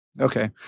Okay